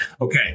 Okay